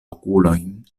okulojn